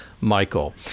Michael